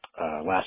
last